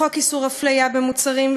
לחוק איסור הפליה במוצרים,